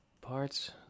parts